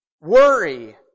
worry